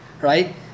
right